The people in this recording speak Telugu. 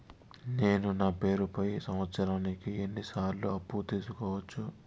నేను నా పేరుపై సంవత్సరానికి ఎన్ని సార్లు అప్పు తీసుకోవచ్చు?